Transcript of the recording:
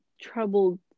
troubled